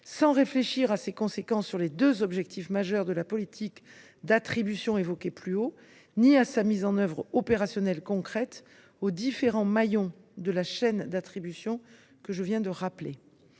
sans réfléchir à ses conséquences sur les deux objectifs majeurs de la politique d’attribution que je viens d’évoquer ni à sa mise en œuvre concrète par les différents maillons de la chaîne d’attribution que je viens de présenter.